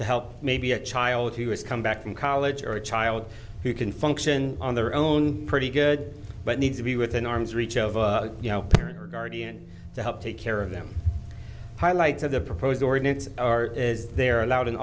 to help maybe a child who has come back from college or a child who can function on their own pretty good but needs to be within arm's reach of a you know parent or guardian to help take care of them highlights of the proposed ordinance are as they're allowed in